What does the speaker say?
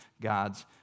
God's